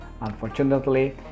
Unfortunately